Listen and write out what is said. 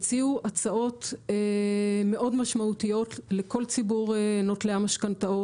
הציעו הצעות מאוד משמעותיות לכל ציבור נוטלי המשכנתאות.